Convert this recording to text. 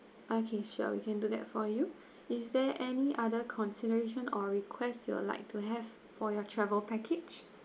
okay sure we can do that for you is there any other consideration or request you would like to have for your travel package